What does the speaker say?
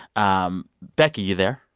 um becky, you there?